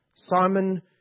Simon